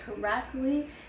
correctly